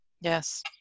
Yes